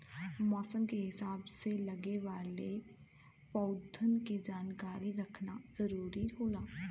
मौसम के हिसाब से लगे वाले पउधन के जानकारी रखना जरुरी होला